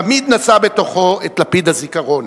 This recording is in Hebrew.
תמיד נשא בתוכו את לפיד הזיכרון